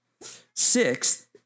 Sixth